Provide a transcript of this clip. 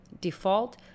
default